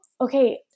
okay